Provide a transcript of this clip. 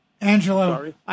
Angelo